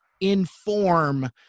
inform